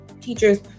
teacher's